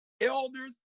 elders